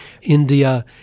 India